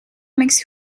makes